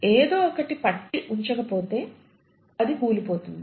ఎదో ఒకటి పట్టి ఉంచకపోతే అది కూలిపోతుంది